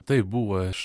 tai buvo iš